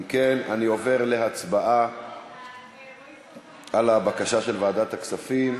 אם כן, אני עובר להצבעה על הבקשה של ועדת הכספים.